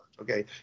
okay